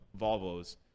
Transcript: Volvos